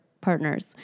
partners